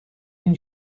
این